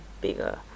bigger